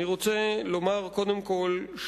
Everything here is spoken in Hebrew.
אני רוצה לומר, קודם כול,